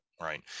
right